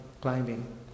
climbing